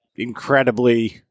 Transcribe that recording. incredibly